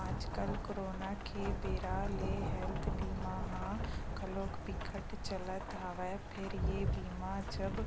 आजकल करोना के बेरा ले हेल्थ बीमा ह घलोक बिकट चलत हवय फेर ये बीमा जब